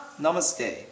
Namaste